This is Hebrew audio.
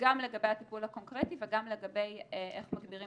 גם לגבי הטיפול הקונקרטי וגם לגבי איך מגבירים